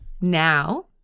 now